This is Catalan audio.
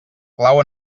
clau